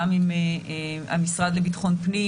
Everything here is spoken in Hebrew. גם עם המשרד לביטחון פנים,